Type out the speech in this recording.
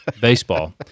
Baseball